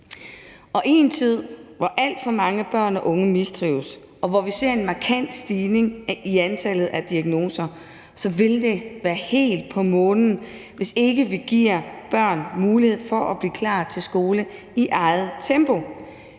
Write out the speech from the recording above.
I en tid, hvor alt for mange børn og unge mistrives, og hvor vi ser en markant stigning i antallet af diagnoser, ville det være helt på månen, hvis ikke vi giver børn mulighed for at blive klar til skole i eget tempo.